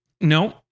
no